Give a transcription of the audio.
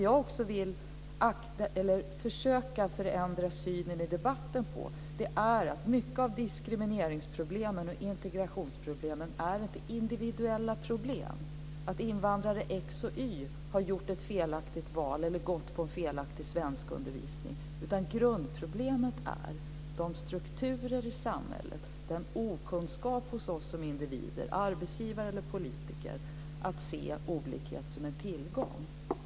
Jag vill också försöka förändra synen i debatten när det gäller att mycket av diskrimineringsproblemen och integrationsproblemen inte är individuella problem, att invandrare X och Y har gjort ett felaktigt val eller gått en felaktig svenskundervisning, utan att grundproblemet är strukturerna i samhället, den okunskap hos oss som individer, arbetsgivare eller politiker, att se olikhet som en tillgång.